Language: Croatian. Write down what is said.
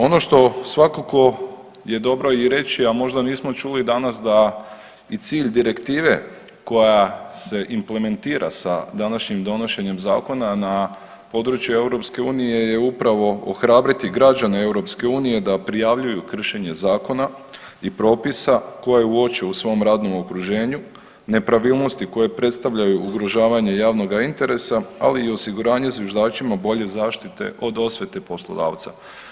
Ono što svakako je dobro i reći, a možda nismo čuli danas da i cilj direktive koja se implementira sa današnjim donošenjem zakona na područje EU je upravo ohrabriti građane EU da prijavljuju kršenje zakona i propisa koje uoče u svom radnom okruženju, nepravilnosti koje predstavljaju ugrožavanje javnoga interesa, ali i osiguranje zviždačima bolje zaštite od osvete poslodavca.